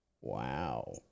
Wow